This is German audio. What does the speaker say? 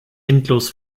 endlos